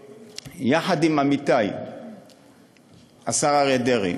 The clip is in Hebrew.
יחד עם עמיתי השר אריה דרעי